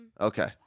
Okay